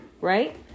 Right